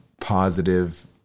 positive